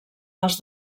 les